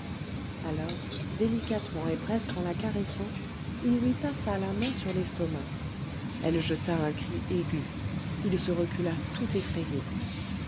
alors délicatement et presque en la caressant il lui passa la main sur l'estomac elle jeta un cri aigu il se recula tout effrayé